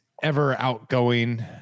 ever-outgoing